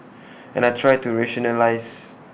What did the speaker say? and I try to rationalise